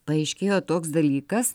paaiškėjo toks dalykas